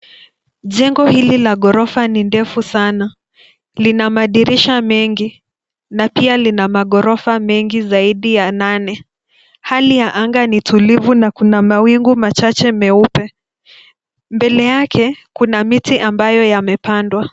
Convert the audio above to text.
Jengo hili la ghorofa ni ndefu sana. Lina madirisha mengi na pia lina maghorofa mengi zaidi ya nane. Hali ya anga ni tulivu na kuna mawingu machache meupe. Mbele yake kuna miti ambayo yamepandwa.